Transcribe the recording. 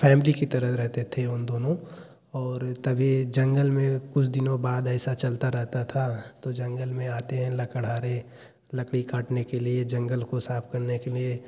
family की तरह रहते थे उन दोनों और तभी जंगल में कुछ दिनों बाद ऐसा चलता रहता था तो जंगल में आते हैं लकड़हारे लकड़ी काटने के लिए जंगल को साफ़ करने के लिए